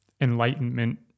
enlightenment